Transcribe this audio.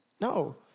No